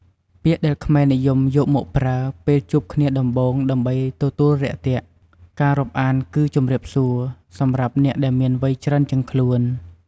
ពាក្យដែលខ្មែរនិយមយកមកប្រើ ពេលជួបគ្នាដំបូងដើម្បីទទួលរាក់ទាក់ ការរាប់អានគឺ ជំរាបសួរ សម្រាប់អ្នកដែលមានវ័យច្រើនជាងខ្លួន។